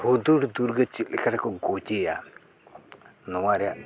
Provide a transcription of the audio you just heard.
ᱦᱩᱫᱩᱲ ᱫᱩᱨᱜᱟᱹ ᱪᱮᱫ ᱞᱮᱠᱟ ᱨᱮᱠᱚ ᱜᱚᱡᱮᱭᱟ ᱱᱚᱣᱟ ᱨᱮᱭᱟᱜ